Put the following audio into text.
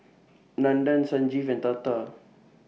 Nandan Sanjeev and Tata